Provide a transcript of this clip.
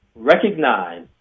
recognize